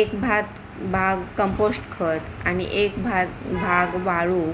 एक भात भाग कंपोस्ट खत आणि एक भात भाग वाळू